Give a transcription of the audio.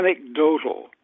anecdotal